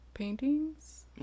paintings